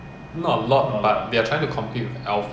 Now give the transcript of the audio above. then 他的家很大啊香港这么小